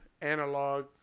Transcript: analog